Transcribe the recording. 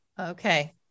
Okay